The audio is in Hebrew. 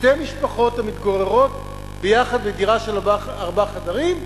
שתי משפחות המתגוררות ביחד בדירה של ארבעה חדרים.